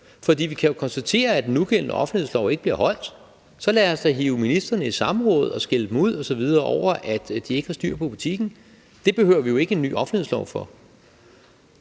For vi kan jo konstatere, at den nugældende offentlighedslov ikke bliver holdt. Så lad os da hive ministrene i samråd og skælde dem ud osv. over, at de ikke har styr på butikken. Det behøver vi jo ikke en ny offentlighedslov for